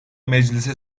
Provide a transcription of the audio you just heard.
meclise